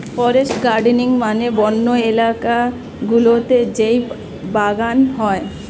forest gardening মানে বন্য এলাকা গুলোতে যেই বাগান হয়